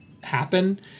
happen